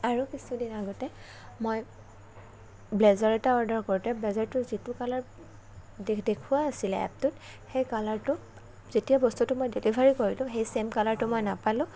আৰু কিছুদিন আগতে মই ব্লেজাৰ এটা অৰ্ডাৰ কৰোতে ব্লেজাৰটো যিটো কালাৰ দেখুৱাই আছিলে এপটোত সেই কালাৰটো যেতিয়া বস্তুটো মই ডেলিভাৰী কৰিলো সেই চেম কালাৰটো মই নাপালোঁ